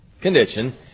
condition